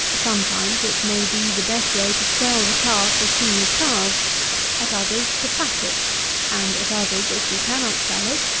sometimes it may be the best way to sell the calf as soon as calved at others, to fat it and, at others, if you cannot sell it,